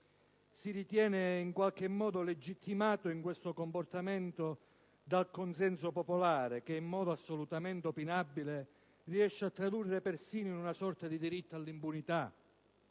si ritiene in qualche modo legittimato in questo comportamento dal consenso popolare che, in modo assolutamente opinabile, riesce a tradurre persino in una sorta di diritto all'impunità.